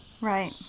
Right